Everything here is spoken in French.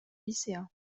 lycéen